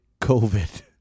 COVID